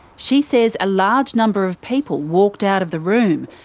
she says a large number of people walked out of the room,